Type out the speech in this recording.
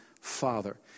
father